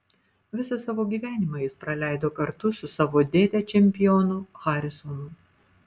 visą savo gyvenimą jis praleido kartu su savo dėde čempionu harisonu